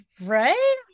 Right